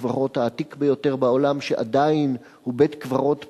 בית-הקברות העתיק ביותר בעולם שעדיין הוא בית-קברות פעיל,